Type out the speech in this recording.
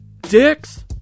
Dicks